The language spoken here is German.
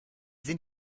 sind